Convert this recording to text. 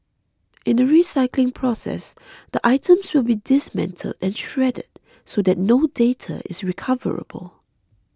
in the recycling process the items will be dismantled and shredded so that no data is recoverable